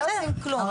לא עושים כלום.